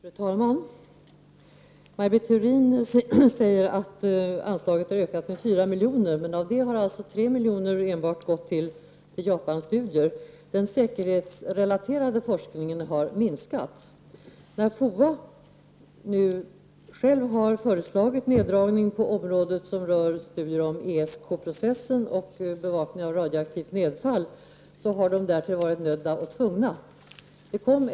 Fru talman! Maj Britt Theorin säger att anslaget har ökat med 4 miljoner. Men av det har 3 miljoner gått enbart till Japanstudier. Den säkerhetsrelaterade forskningen har minskat. När FOA nu själv har föreslagit en neddragning på området som rör studier om ESK-processen och bevakning av radioaktivt nedfall har man varit nödd och tvungen därtill.